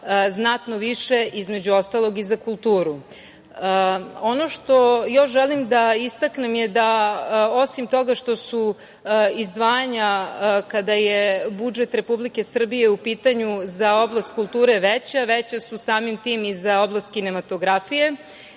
znatno više, između ostalog i za kulturu. Ono što još želim da istaknem je da osim toga što su izdvajanja kada je budžet Republike Srbije u pitanju za oblast kulture veća, veća su samim tim i za oblast kinematografije.